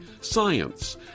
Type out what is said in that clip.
science